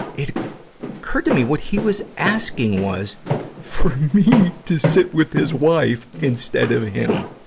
it occurred to me, what he was asking was for me to sit with his wife instead of him.